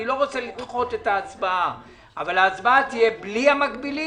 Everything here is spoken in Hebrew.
אני לא רוצה לדחות את ההצבעה אבל ההצבעה תהיה בלי המקבילים